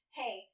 hey